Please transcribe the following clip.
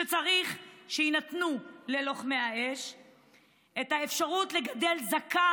וצריך שייתנו ללוחמי האש את האפשרות לגדל זקן.